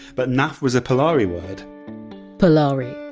but naff was a polari word polari.